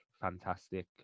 fantastic